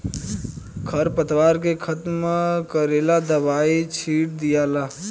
खर पतवार के खत्म करेला दवाई छिट दियाला